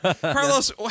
Carlos